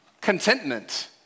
contentment